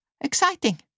exciting